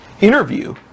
interview